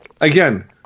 again